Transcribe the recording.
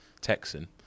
Texan